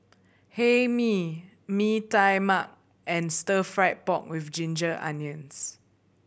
Hae Mee Mee Tai Mak and Stir Fried Pork With Ginger Onions